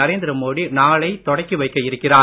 நரேந்திர மோடி நாளை தொடக்கி வைக்க இருக்கிறார்